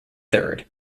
third